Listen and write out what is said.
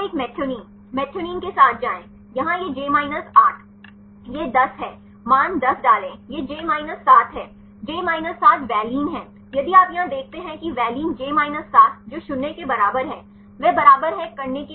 तो एक methionine methionine के साथ जाएं यहां यह जे 8 यह 10 है मान 10 डालें यह जे 7 है जे 7 वैलाइन है यदि आप यहां देखते हैं कि वेलिन जे 7 जो 0 के बराबर है वह बराबर है करने के 0 लिए